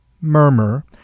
murmur